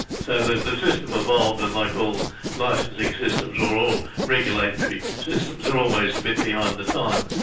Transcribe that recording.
so the the system evolved, and like all licensing systems, or all regulatory systems, they're always a bit behind the time.